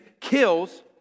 kills